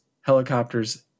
helicopters